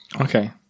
Okay